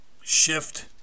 shift